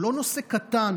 הוא לא נושא קטן,